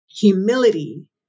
humility